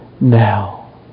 now